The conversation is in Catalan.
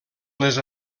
les